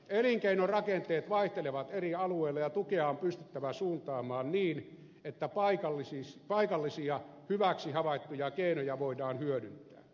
elinkeinorakenteet vaihtelevat eri alueilla ja tukea on pystyttävä suuntamaan niin että paikallisia hyväksi havaittuja keinoja voidaan hyödyntää